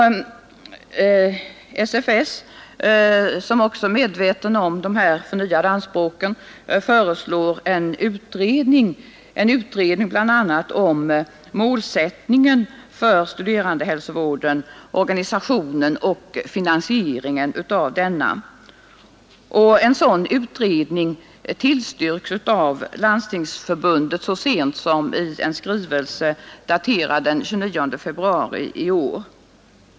SFS, som också är medveten om de här förnyade anspråken, föreslår en utredning bl.a. om målsättningen för studerandehälsovården samt organisationen och finansieringen av denna. En sådan utredning tillstyrks av Landstingsförbundet så sent som i en skrivelse daterad den 29 februari i år.